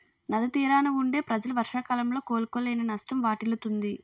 నది తీరాన వుండే ప్రజలు వర్షాకాలంలో కోలుకోలేని నష్టం వాటిల్లుతుంది